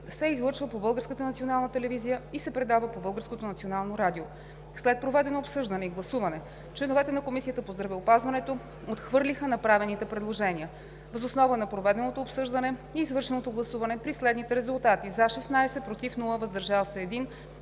се предава по Българското национално радио“. След проведено обсъждане и гласуване, членовете на Комисията по здравеопазването отхвърлиха направените предложения. Въз основа на проведеното обсъждане и извършеното гласуване при следните резултати „за“ – 16, без „против“, „въздържал се“